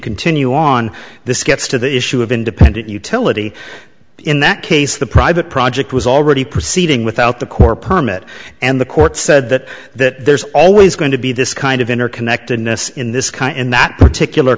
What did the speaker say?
continue on this gets to the issue of independent utility in that case the private project was already proceeding without the corps permit and the court said that that there's always going to be this kind of interconnectedness in this kind in that particular